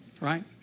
right